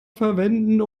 verwenden